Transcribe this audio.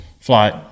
flight